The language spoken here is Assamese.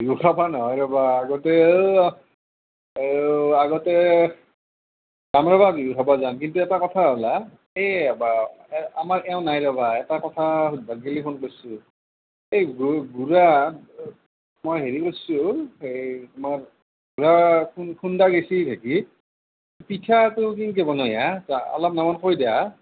বিহু খাবা নহয় ৰ'বা আগতে আগতে যাম ৰ'বা বিহু খাবা যাম কিন্তু এটা কথা হ'ল হা এই আমাৰ এওঁ নাই ৰ'বা এটা কথা সুধবাক লেগি ফোন কৰছো এই গু গুড়া মই হেৰি কৰছো তোমাৰ গুড়া খুন্দা গেছি নেকি পিঠাটো কেংকে বনাই হা তো অলপ মোকও কৈ দিয়া হা